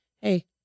Hey